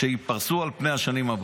שייפרסו על פני השנים הבאות.